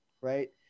right